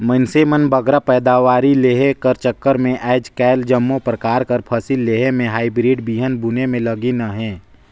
मइनसे मन बगरा पएदावारी लेहे कर चक्कर में आएज काएल जम्मो परकार कर फसिल लेहे में हाईब्रिड बीहन बुने में लगिन अहें